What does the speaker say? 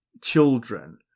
children